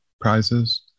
prizes